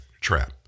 trap